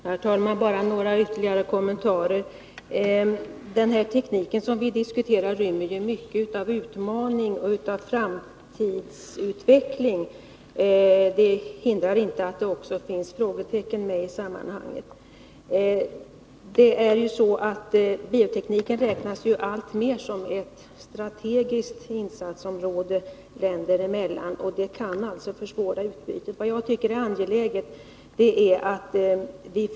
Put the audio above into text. ASSI i Karlsborg har i sin verksamhet två särskilt svåra problem för att kunna nå ett gott resultat. Det ena är kapitalförsörjningen och det andra är råvaruimporten. Enligt prop. 1978/79:25 beviljades ett lån på 275 milj.kr., men amorteringsvillkoren blev så stränga att generering av medel för egen utveckling omintetgörs. Det är bl.a. fråga om ett vinstgivande och oljebesparande projekt. Beträffande råvaruförsörjningen måste ca 300 000 m?